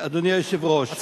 אדוני היושב-ראש,